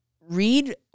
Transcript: Read